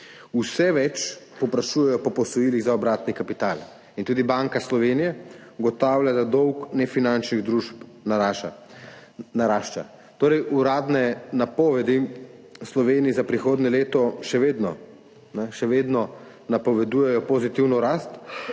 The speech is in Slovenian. vse več povprašujejo po posojilih za obratni kapital«. In tudi: »Banka Slovenije ugotavlja, da dolg nefinančnih družb narašča.« Torej uradne napovedi Sloveniji za prihodnje leto še vedno, še vedno napovedujejo pozitivno rast,